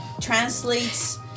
translates